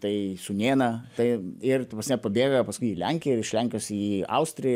tai sūnėną tai ir ta prasme pabėga paskui į lenkiją ir iš lenkijos į austriją